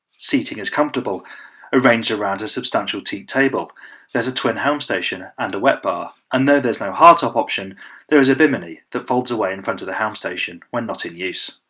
seating is comfortable arranged around a substantial teat table there's a twin home station and a wet bar and though there's no hardtop option there is a bimini that folds away in front of the home station when not in use